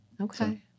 Okay